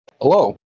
Hello